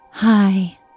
Hi